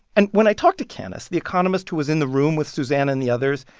and when i talked to canice, the economist who was in the room with susannah and the other,